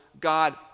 God